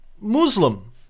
Muslim